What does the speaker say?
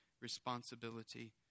responsibility